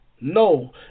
no